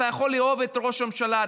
אתה יכול לאהוב את ראש הממשלה,